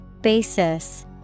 Basis